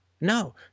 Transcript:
No